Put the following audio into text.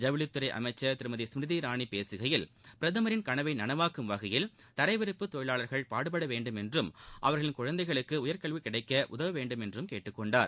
ஜவுளித்துறை அமைச்சா் திருமதி ஸ்மிருதி இராணி பேசுகையில் பிரதமரின் கனவை நனவாக்கும் வகையில் தரவிரிப்பு தொழிலாளா்கள் பாடுபட வேண்டுமென்றும் அவா்களின் குழந்தைகளுக்கு உயா்கல்வி கிடைக்க உதவ வேண்டுமென்றும் கேட்டுக்கொண்டார்